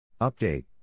Update